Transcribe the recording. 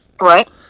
Right